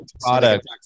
product